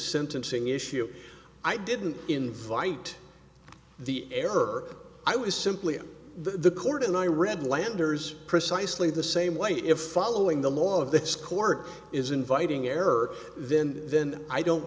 sentencing issue i didn't invite the error i was simply the court and i read landers precisely the same way if following the law of this court is inviting error then then i don't